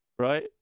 right